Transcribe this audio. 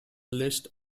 list